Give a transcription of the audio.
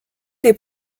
des